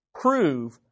prove